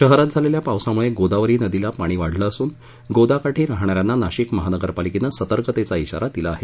शहरात झालेल्या पावसामुळे गोदावरी नदीला पाणी वाढलं असून गोदाकाठी राहणाऱ्यांना नाशिक महानगरपालिकेनं सतर्कतेचा श्राारा दिला आहे